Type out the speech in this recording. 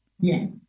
Yes